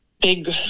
big